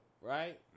right